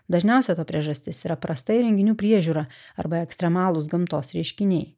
dažniausia to priežastis yra prasta įrenginių priežiūra arba ekstremalūs gamtos reiškiniai